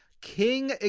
king